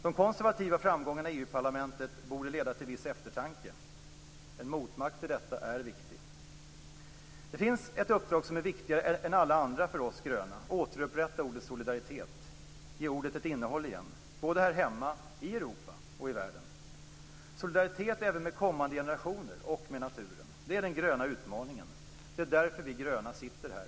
De konservativa framgångarna i EU-parlamentet borde leda till viss eftertanke. En motmakt till detta är viktigt. Det finns ett uppdrag som är viktigare än alla andra för oss gröna: att återupprätta ordet solidaritet och ge ordet ett innehåll igen både här hemma, i Europa och i världen. Solidaritet även med kommande generationer och med naturen - det är den gröna utmaningen. Det är därför vi gröna sitter här.